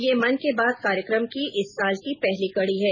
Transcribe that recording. यह मन की बात कार्यक्रम की इस साल की पहली कड़ी है